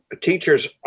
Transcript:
teachers